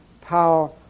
power